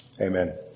Amen